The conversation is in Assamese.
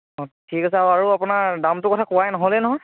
অ ঠিক আছে আৰু আপোনাৰ দামটোৰ কথা কোৱাই নহ'লেই নহয়